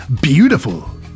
beautiful